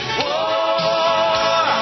war